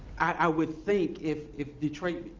i would think if if detroit's